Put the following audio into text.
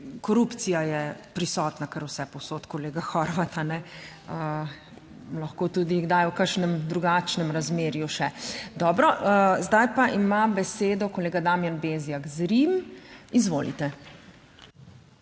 korupcija je prisotna kar vsepovsod, kolega Horvat, lahko tudi kdaj v kakšnem drugačnem razmerju še. Dobro, zdaj pa ima besedo kolega Damijan Bezjak Zrim, izvolite.